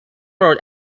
wrote